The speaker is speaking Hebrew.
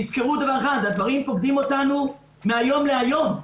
תזכרו דבר אחד: הדברים פוקדים אותנו מהיום להיום.